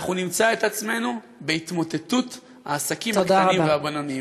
אנחנו נמצא את עצמנו בהתמוטטות העסקים הקטנים והבינוניים.